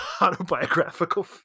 autobiographical